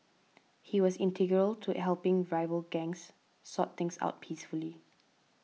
he was integral to helping rival gangs sort things out peacefully